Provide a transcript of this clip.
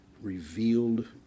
revealed